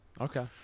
okay